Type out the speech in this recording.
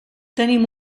tenim